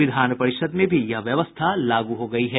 विधान परिषद में भी यह व्यवस्था लागू हो गयी है